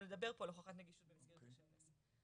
לדבר פה על הוכחת נגישות במסגרת רישוי עסק.